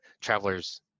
travelers